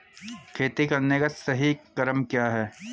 खेती करने का सही क्रम क्या है?